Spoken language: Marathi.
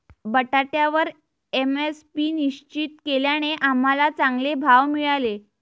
बटाट्यावर एम.एस.पी निश्चित केल्याने आम्हाला चांगले भाव मिळाले